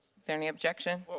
so any objection?